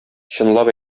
чынлап